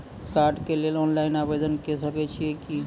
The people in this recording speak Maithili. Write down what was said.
कार्डक लेल ऑनलाइन आवेदन के सकै छियै की?